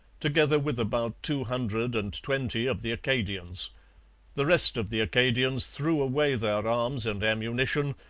together with about two hundred and twenty of the acadians the rest of the acadians threw away their arms and ammunition,